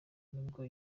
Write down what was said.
nubwo